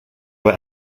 were